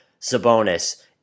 Sabonis